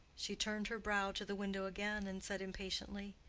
she turned her brow to the window again, and said impatiently,